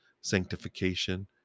sanctification